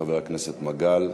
חבר הכנסת מגל.